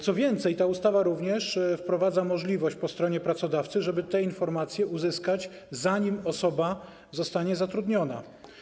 Co więcej, ta ustawa ma również wprowadzać możliwość po stronie pracodawcy, żeby te informacje uzyskać, zanim dana osoba zostanie zatrudniona.